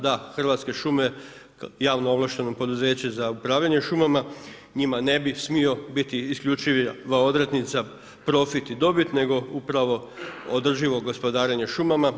Da, Hrvatske šume javno ovlašteno poduzeće za upravljanje šumama njima ne bi smio biti isključiva odrednica profit i dobit nego upravo održivo gospodarenje šumama.